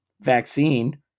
vaccine